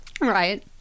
Right